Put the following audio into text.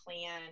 plan